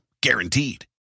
Guaranteed